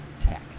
Tech